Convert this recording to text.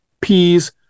peas